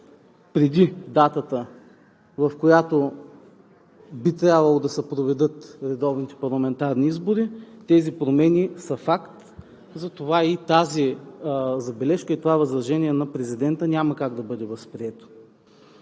преди датата, в която би трябвало да се проведат редовните парламентарни избори. Тези промени са факт. Затова тази забележка и това възражение на президента няма как да бъдат възприети.